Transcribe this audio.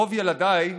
רוב ילדיי